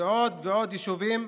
ועוד ועוד יישובים.